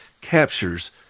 captures